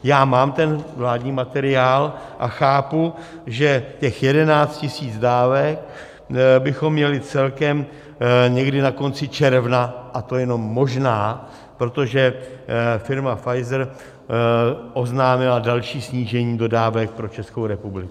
Já mám ten vládní materiál a chápu, že těch 11 000 dávek bychom měli celkem někdy na konci června, a to jenom možná, protože firma Pfizer oznámila další snížení dodávek pro Českou republiku.